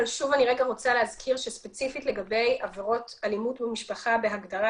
אני רק רוצה להזכיר שספציפית לגבי עבירות אלימות במשפחה בהגדרה